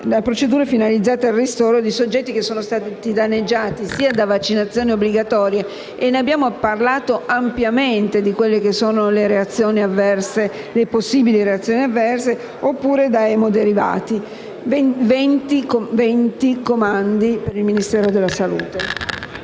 procedure finalizzate al ristoro dei soggetti che sono stati danneggiati anche dalle vaccinazioni obbligatorie (e abbiamo parlato ampiamente delle possibili reazioni avverse) oppure da emoderivati. Venti comandi per il Ministero della salute.